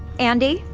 andi,